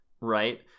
Right